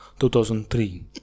2003